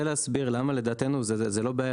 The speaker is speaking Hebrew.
זה לא בהכרח.